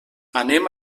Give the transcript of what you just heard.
anem